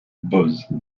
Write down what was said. boz